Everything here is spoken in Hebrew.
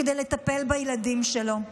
כדי לטפל בילדים שלו.